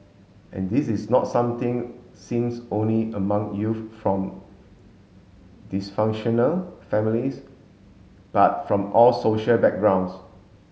and this is not something seems only among youth from dysfunctional families but from all social backgrounds